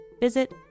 visit